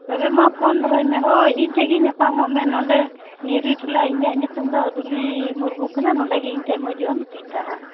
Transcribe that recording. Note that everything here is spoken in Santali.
ᱛᱚᱵᱮ ᱢᱟ ᱯᱷᱳᱱ ᱫᱚᱦᱚᱭ ᱢᱮ ᱦᱳᱭ ᱤᱧ ᱴᱷᱮᱱ ᱜᱮ ᱧᱟᱯᱟᱢᱚᱜ ᱢᱮ ᱱᱚᱸᱰᱮ ᱱᱤᱣᱨᱤ ᱴᱚᱞᱟ ᱤᱧᱟᱹᱜ ᱧᱩᱛᱩᱢ ᱫᱚ ᱫᱩᱞᱤ ᱢᱩᱨᱢᱩ ᱠᱟᱱᱟ ᱱᱚᱸᱰᱮ ᱜᱮ ᱤᱧ ᱴᱷᱮᱱ ᱦᱤᱡᱩᱜ ᱟᱢ ᱪᱮᱫᱟ ᱦᱟᱸᱜ